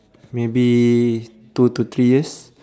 maybe two to three years